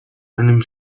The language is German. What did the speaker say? einem